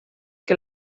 que